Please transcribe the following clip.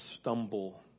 stumble